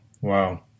Wow